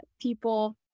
people